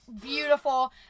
beautiful